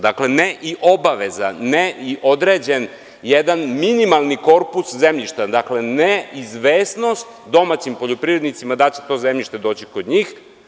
Dakle, ne i obaveza, ne i određen jedan minimalni korpus zemljišta, dakle neizvesnost domaćim poljoprivrednicima da li će to zemljište doći kod njih.